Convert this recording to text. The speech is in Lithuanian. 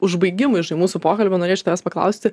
užbaigimui žinai mūsų pokalbio norėčiau tavęs paklausti